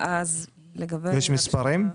יש מספרים?